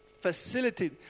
facility